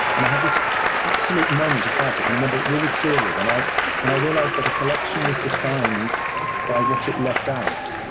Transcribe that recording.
and i had this absolute moment of clarity. i can remember it really clearly, when i when i realized that a collection was defined by what it left out,